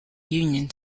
union